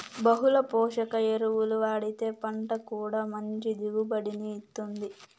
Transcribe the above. బహుళ పోషక ఎరువులు వాడితే పంట కూడా మంచి దిగుబడిని ఇత్తుంది